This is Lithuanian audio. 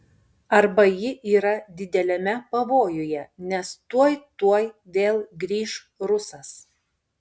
arba ji yra dideliame pavojuje nes tuoj tuoj vėl grįš rusas